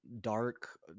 dark